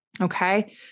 Okay